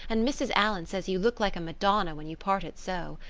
and mrs. allan says you look like a madonna when you part it so.